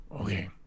Okay